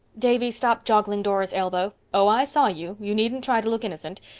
davy, stop joggling dora's elbow. oh, i saw you! you needn't try to look innocent.